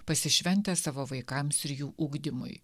pasišventę savo vaikams ir jų ugdymui